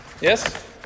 Yes